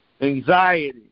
Anxiety